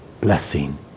blessing